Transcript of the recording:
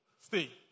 stay